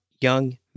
young